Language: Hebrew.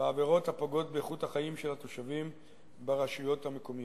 בעבירות הפוגעות באיכות החיים של התושבים ברשויות המקומיות.